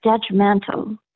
detrimental